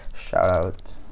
shout-out